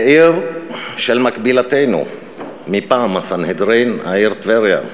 בעיר של מקבילתנו מפעם, הסנהדרין, העיר טבריה,